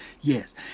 yes